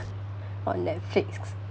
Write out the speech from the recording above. on netflix